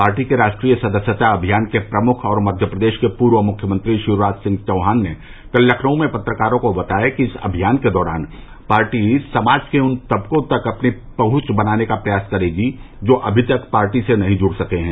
party के राष्ट्रीय सदस्यता अभियान के प्रमुख और मक्य प्रदेश के पूर्व मुख्यमंत्री शिवराज सिंह चौहान ने कल लखनऊ में पत्रकारों को बताया कि इस अभियान के दौरान पार्टी समाज के उन तबकों तक अपनी पहंच बनाने का प्रयास करेगी जो अभी तक पार्टी से नहीं जुड़ सके हैं